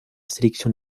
sélection